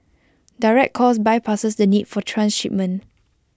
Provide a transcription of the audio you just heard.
direct calls bypasses the need for transshipment